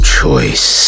choice